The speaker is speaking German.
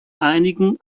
einigen